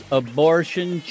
abortion